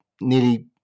Nearly